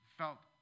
felt